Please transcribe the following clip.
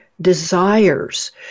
desires